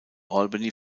albany